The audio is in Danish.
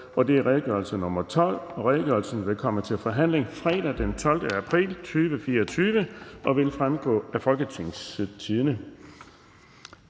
(Redegørelse nr. R 12). Redegørelsen vil komme til forhandling fredag den 12. april 2024. Redegørelsen vil fremgå af www.folketingstidende.dk.